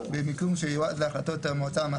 במיקום שיועד להחלטות המועצה המאסדרת.